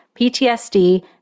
PTSD